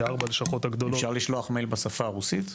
כי ארבע הלשכות הגדולות --- אפשר לשלוח מייל בשפה הרוסית?